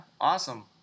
awesome